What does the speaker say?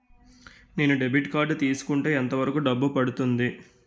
నేను debit card తీసుకుంటే ఎంత వరకు డబ్బు పడుతుంది?